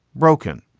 broken.